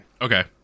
okay